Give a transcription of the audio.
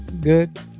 good